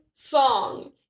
song